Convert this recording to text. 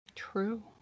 True